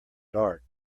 dark